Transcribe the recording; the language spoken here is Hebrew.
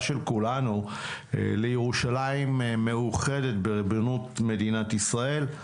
של כולנו לירושלים מאוחדת בריבונות מדינת ישראל.